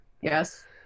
yes